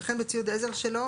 וכן בציוד עזר אישי שלו,